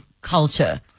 culture